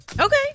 Okay